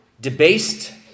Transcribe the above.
debased